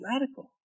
radical